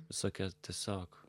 visokie tiesiog